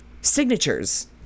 Signatures